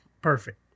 perfect